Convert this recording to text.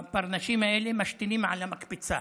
הברנשים האלה, משתינים מהמקפצה